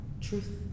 truth